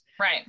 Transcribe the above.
right